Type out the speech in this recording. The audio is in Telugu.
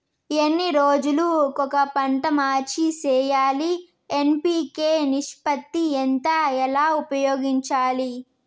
ఎన్ని రోజులు కొక పంట మార్చి సేయాలి ఎన్.పి.కె నిష్పత్తి ఎంత ఎలా ఉపయోగించాలి?